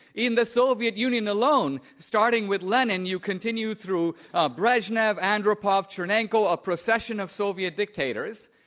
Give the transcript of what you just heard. in the soviet union alone, starting with lenin you continue through ah brezhnev, andropov, chernenko, a procession of soviet dictators,